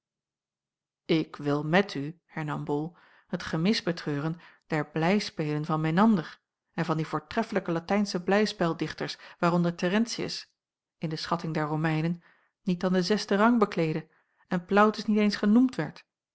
ik wil met u hernam bol het gemis betreuren der blijspelen van menander en van die voortreffelijke latijnsche blijspeldichters waaronder terentius in de schatting der romeinen niet dan den zesden rang bekleedde en plautus niet eens genoemd werd